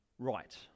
Right